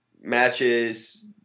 matches